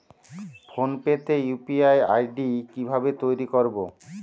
Phone pay তে UPI ID কি ভাবে তৈরি করবো?